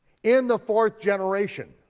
in the fourth generation.